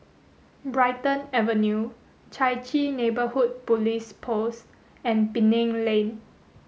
Brighton Avenue Chai Chee Neighbourhood Police Post and Penang Lane